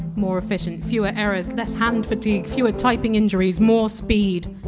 more efficient, fewer errors, less hand fatigue, fewer typing injuries, more speed.